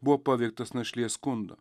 buvo paveiktas našlės skundo